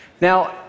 Now